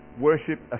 Worship